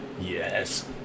Yes